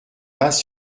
vase